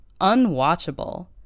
unwatchable